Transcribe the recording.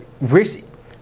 risk